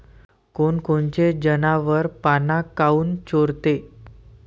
कोनकोनचे जनावरं पाना काऊन चोरते?